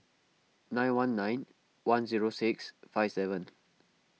nine one nine one zero six five seven